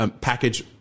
package